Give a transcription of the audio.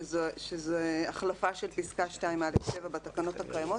שזה החלפה של פסקה (2א7) בתקנות הקיימות.